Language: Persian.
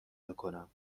بکنم